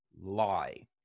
lie